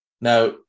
Now